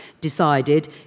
decided